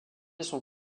son